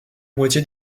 moitié